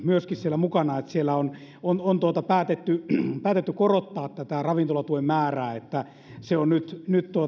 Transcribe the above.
myöskin oppositiota siellä mukana että siellä on on päätetty päätetty korottaa tätä ravintolatuen määrää niin että se on nyt nyt